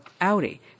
Audi